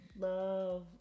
love